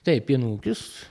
taip pieno ūkis